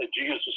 Jesus